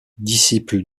disciple